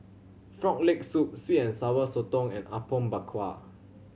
Frog Leg Soup sweet and Sour Sotong and Apom Berkuah